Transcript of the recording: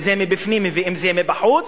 אם מבפנים ואם מבחוץ,